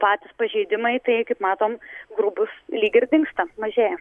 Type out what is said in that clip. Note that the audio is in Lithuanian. patys pažeidimai tai kaip matom grubūs lyg ir dingsta mažėja